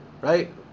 right